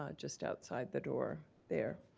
ah just outside the door there.